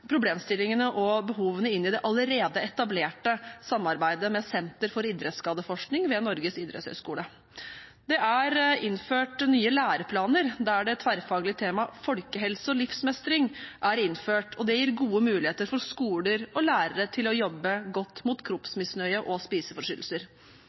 problemstillingene og behovene inn i det allerede etablerte samarbeidet med Senter for idrettsskadeforskning ved Norges idrettshøgskole. Det er innført nye læreplaner der det tverrfaglige temaet folkehelse og livsmestring er innført, og det gir gode muligheter for skoler og lærere til å jobbe godt mot